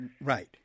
Right